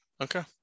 Okay